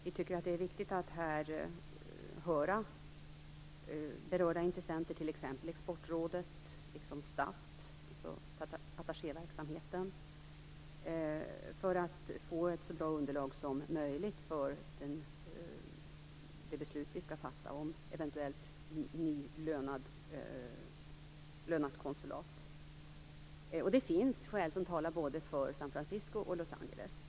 Vi tycker att det är viktigt att i det här sammanhanget höra berörda intressenter, t.ex. Exportrådet och attachéverksamheten, för att få ett så bra underlag som möjligt för det beslut vi skall fatta om ett eventuellt nytt lönat konsulat. Det finns skäl som talar för San Fransisco och skäl som talar för Los Angeles.